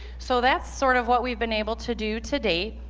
so that's sort of what we've been able to do to date.